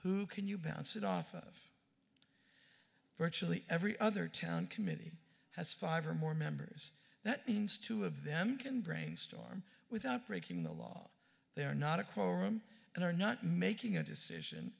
who can you bounce it off of virtually every other town committee has five or more members that means two of them can brainstorm without breaking the law they are not a quorum and are not making a decision